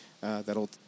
that'll